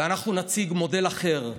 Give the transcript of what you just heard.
ואנחנו נציג מודל אחר.